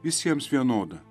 visiems vienoda